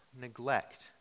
neglect